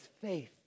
faith